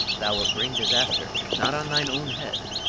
thou wilt bring disaster, not on thine own head,